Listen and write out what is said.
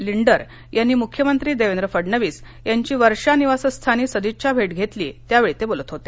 लिन्डर यांनी मुख्यमंत्री देवेंद्र फडणवीस यांची वर्षा निवासस्थानी सदिच्छा भेट घेतली त्यावेळी ते बोलत होते